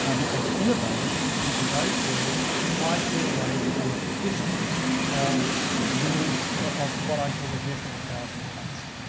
ah because innovators, in today's world, fight their way through a thicket of little, of what i call the death of a thousand cuts.